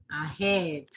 ahead